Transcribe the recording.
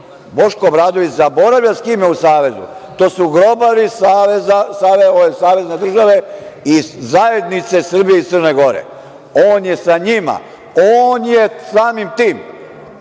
Obradović zaboravlja sa kim je u savezu. To su grobari Savezne države i zajednice Srbije i Crne Gore. On je sa njima i on je samim tim